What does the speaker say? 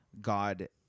God